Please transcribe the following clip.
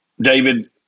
David